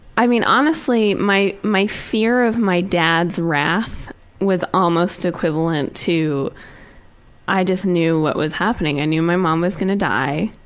i mean, honestly, my my fear of my dad's wrath was almost equivalent to i just knew what was happening. i knew my mom was gonna die.